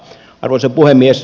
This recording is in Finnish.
arvoisa puhemies